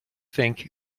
think